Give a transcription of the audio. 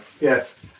yes